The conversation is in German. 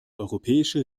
europäische